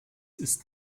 ist